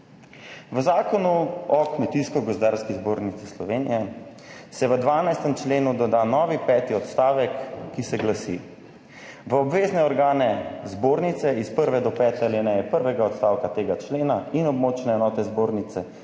V Zakonu o Kmetijsko gozdarski zbornici Slovenije se v 12. členu doda novi peti odstavek, ki se glasi: »V obvezne organe zbornice iz prve do pete alineje prvega odstavka tega člena in območne enote zbornice